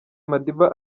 madiba